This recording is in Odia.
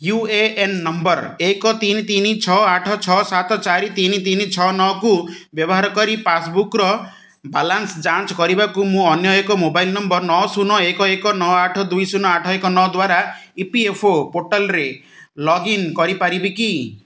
ୟୁ ଏ ଏନ୍ ନମ୍ବର୍ ଏକ ତିନି ତିନି ଛଅ ଆଠ ଛଅ ସାତ ଚାରି ତିନି ତିନି ଛଅ ନଅକୁ ବ୍ୟବହାର କରି ପାସ୍ବୁକ୍ର ବାଲାନ୍ସ ଯାଞ୍ଚ କରିବାକୁ ମୁଁ ଅନ୍ୟ ଏକ ମୋବାଇଲ୍ ନମ୍ବର୍ ନଅ ଶୂନ ଏକ ଏକ ନଅ ଆଠ ଦୁଇ ଶୂନ ଆଠ ଏକ ନଅ ଦ୍ଵାରା ଇ ପି ଏଫ୍ ଓ ପୋର୍ଟାଲ୍ରେ ଲଗ୍ଇନ୍ କରିପାରିବି କି